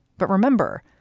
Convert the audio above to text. but remember,